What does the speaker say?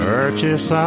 Purchase